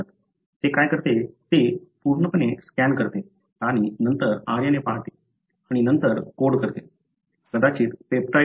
ते काय करते ते पूर्णपणे स्कॅन करते आणि नंतर RNA पाहते आणि नंतर कोड करते कदाचित पेप्टाइड असू शकते